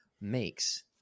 makes